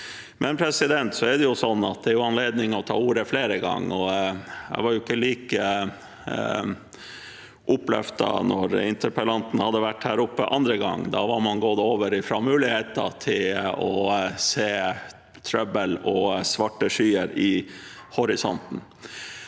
norsk reiseliv Så er det jo anledning til å ta ordet flere ganger, og jeg var ikke like oppløftet da interpellanten hadde vært her oppe andre gang. Da hadde man gått over fra muligheter til å se trøbbel og svarte skyer i horisonten.